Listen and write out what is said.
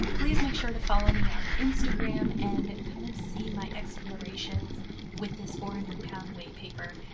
please make sure to follow me on instagram and kind of see my explorations with this four hundred lb weight paper.